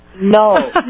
no